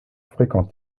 fréquentent